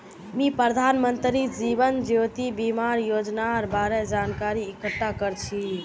मी प्रधानमंत्री जीवन ज्योति बीमार योजनार बारे जानकारी इकट्ठा कर छी